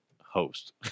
host